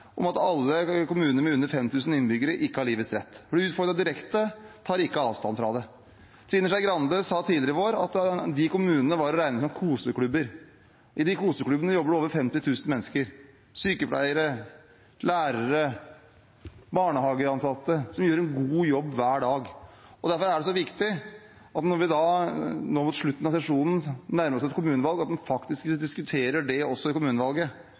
om at alle kommuner med under 5 000 innbyggere ikke har livets rett. Hun ble utfordret direkte, men tar ikke avstand fra den. Trine Skei Grande sa tidligere i vår at disse kommunene var å regne som koseklubber. I de koseklubbene jobber det over 50 000 mennesker – sykepleiere, lærere, barnehageansatte – som gjør en god jobb hver dag. Når vi nå mot slutten av sesjonen nærmer oss et kommunevalg, er det derfor viktig at man faktisk diskuterer dette også i kommunevalget.